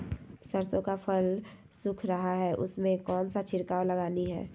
सरसो का फल सुख रहा है उसमें कौन सा छिड़काव लगानी है?